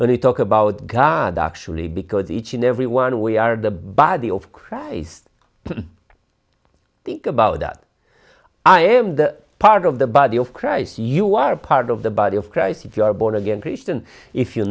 we talk about god actually because each and every one we are the body of christ think about that i am the part of the body of christ you are part of the body of christ if you are born again christian if you